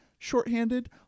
Shorthanded